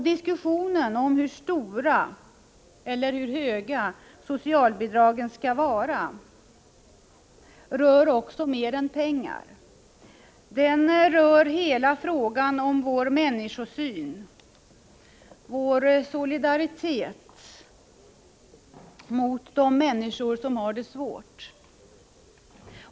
Diskussionen om hur stora socialbidragen skall vara rör också mer än pengar. Den rör hela frågan om vår människosyn, vår solidaritet mot de människor som har det svårt.